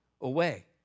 away